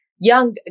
young